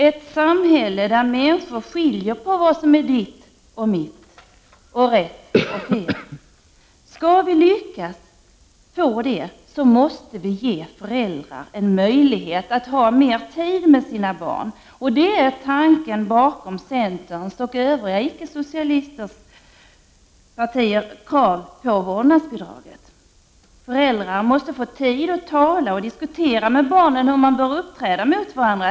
Ett samhälle där människor skiljer mellan vad som är ditt och mitt och mellan vad som är rätt och fel. Om vi skäll lyckas få detta samhälle måste vi ge föräldrar en möjlighet att få mer tid med sina barn. Detta är tanken bakom centerpartiets och övriga icke-socialistiska partiers krav på vårdnadsbidrag. Föräldrar måste få tid att tala och diskutera med barnen om hur man bör uppträda mot varandra.